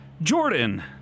Jordan